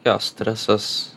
jo stresas